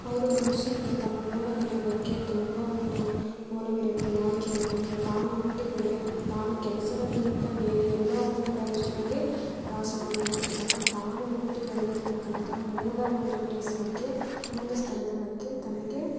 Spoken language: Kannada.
ಹೌದು ಮನುಷ್ಯನಿಗೆ ತನ್ನ ಮೂಲ ನೆಲೆ ಬಗ್ಗೆ ತುಂಬ ಒಂದು ಒಲವಿರುತ್ತೆ ಯಾಕೇಂತಂದ್ರೆ ತಾನು ಹುಟ್ಟಿ ಬೆಳೆದ ತಾನು ಕೆಲಸದ ನಿಮಿತ್ತ ಬೇರೆ ಎಲ್ಲೋ ಒಂದು ಪ್ರದೇಶದಲ್ಲಿ ವಾಸವಾಗಿದ್ದರೂ ಸಹ ತಾನು ಹುಟ್ಟಿ ಬೆಳೆದಿರತಕ್ಕಂಥ ಮೂಲ ಒಂದು ಪ್ಲೇಸ್ ಬಗ್ಗೆ ಮೂಲ ಸ್ಥಳದ ಬಗ್ಗೆ ತನಗೆ